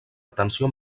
atenció